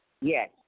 Yes